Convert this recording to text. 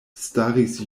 staris